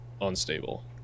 unstable